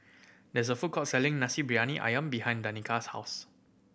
there's a food court selling Nasi Briyani Ayam behind Danica's house